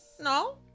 No